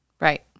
Right